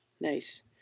nice